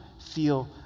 feel